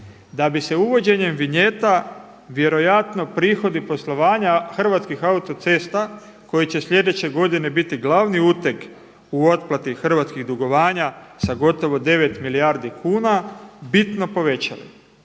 da bi se uvođenjem vinjeta vjerojatno prihodi poslovanja Hrvatskih autocesta koji će slijedeće godine biti glavni uteg u otplati hrvatskih dugovanja sa gotovo 9 milijardi kuna bitno povećani.